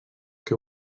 que